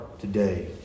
today